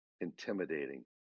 intimidating